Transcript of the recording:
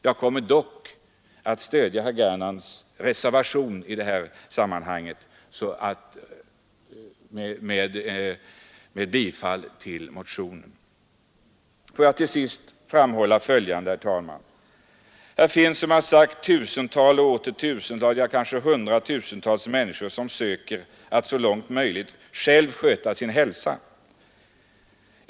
Jag kommer dock att stödja motionen vid omröstningen här i kammaren. Här finns, som jag sagt, tusentals och åter tusentals, kanske hundratusentals människor som söker att så långt möjligt själva sköta sin hälsa.